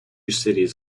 cities